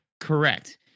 Correct